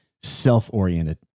self-oriented